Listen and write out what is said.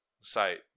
site